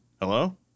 hello